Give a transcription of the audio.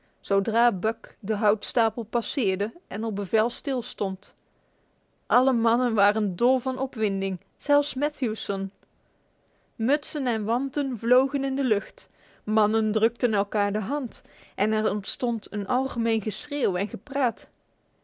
zodra buck de houtstapel passeerde en op bevel stilstond alle mannen waren dol van opwinding zelfs matthewson mutsen en wanten vlogen in de lucht mannen drukten elkaar de hand en er ontstond een algemeen geschreeuw en gepraat